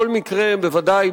כל מקרה בוודאי,